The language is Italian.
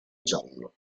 giallo